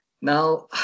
Now